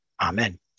Amen